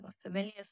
familiar